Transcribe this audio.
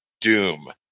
Doom